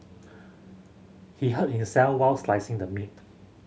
he hurt himself while slicing the meat